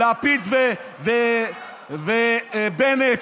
לפיד ובנט,